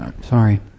Sorry